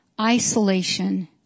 isolation